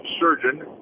surgeon